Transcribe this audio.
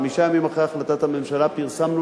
חמישה ימים אחרי החלטת הממשלה פרסמנו